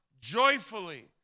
joyfully